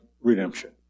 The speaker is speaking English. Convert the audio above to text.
redemption